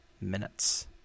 minutes